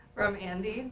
from andy.